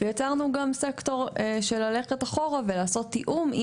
ויצרנו גם סקטור של ללכת אחורה ולעשות תיאום עם